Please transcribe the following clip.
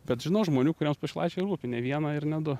bet žinau žmonių kuriems pašilaičiai rūpi ne vieną ir ne du